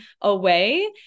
away